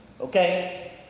okay